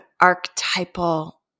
archetypal